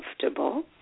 comfortable